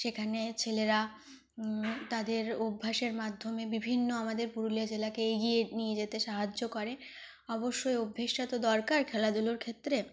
সেখানে ছেলেরা তাদের অভ্যাসের মাধ্যমে বিভিন্ন আমাদের পুরুলিয়া জেলাকে এগিয়ে নিয়ে যেতে সাহায্য করে অবশ্য এই অভ্যেসটা তো দরকার এই খেলাধুলোর ক্ষেত্রে